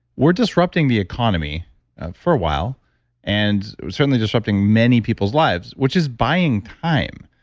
we're disrupting the economy for a while and certainly disrupting many people's lives, which is buying time.